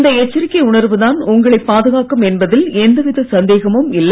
இந்த எச்சரிக்கை உணர்வு தான் உங்களை பாதுகாக்கும் என்பதில் எந்தவித சந்தேகமும் இல்லை